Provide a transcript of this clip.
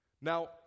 Now